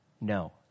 no